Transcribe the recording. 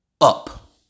up